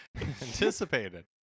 anticipated